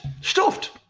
stuffed